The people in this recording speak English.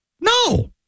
No